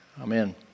Amen